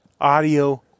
Audio